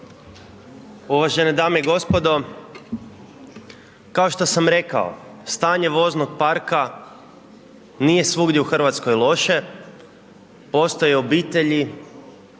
Uvažene dame i gospodo, kao što sam rekao, stanje voznog parka, nije svugdje u Hrvatskoj loše, postoje obitelji,